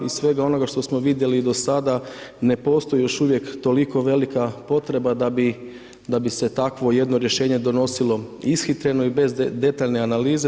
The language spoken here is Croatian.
Iz svega onoga što smo vidjeli do sada ne postoji još uvijek toliko velika potreba da bi se takvo jedno rješenje donosilo ishitreno i bez detaljne analize.